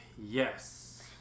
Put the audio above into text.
yes